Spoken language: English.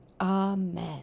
Amen